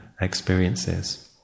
experiences